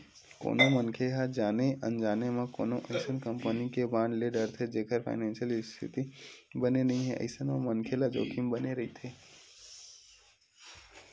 कोनो मनखे ह जाने अनजाने म कोनो अइसन कंपनी के बांड ले डरथे जेखर फानेसियल इस्थिति बने नइ हे अइसन म मनखे ल जोखिम बने रहिथे